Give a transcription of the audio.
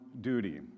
duty